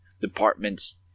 departments